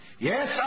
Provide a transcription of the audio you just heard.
Yes